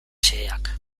xeheak